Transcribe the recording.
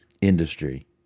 industry